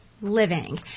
Living